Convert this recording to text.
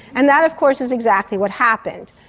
and that of course is exactly what happened.